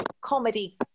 comedy